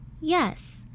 Yes